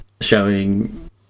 showing